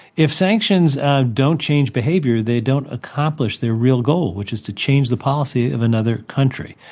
if sanctions don't change behavior, they don't accomplish their real goal which is to change the policy of another country.